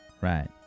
Right